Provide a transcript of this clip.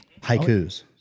haikus